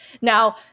Now